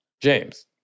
James